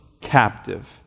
captive